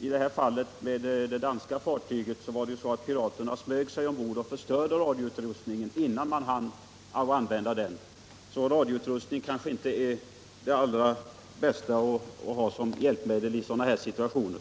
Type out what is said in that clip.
I fallet med det danska fartyget var det ju så att piraterna smög sig ombord och förstörde radioutrustningen, innan man hann använda den, så radiout rustning är måhända inte det allra bästa hjälpmedlet i sådana här situationer.